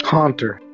Haunter